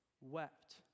wept